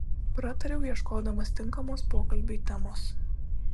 pratariau ieškodamas tinkamos pokalbiui temos